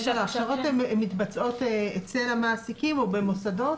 ההכשרות האלה מתבצעות אצל המעסיקים או במוסדות?